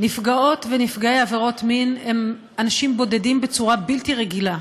נפגעות ונפגעי עבירות מין הם אנשים בודדים בצורה בלתי רגילה.